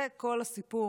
זה כל הסיפור.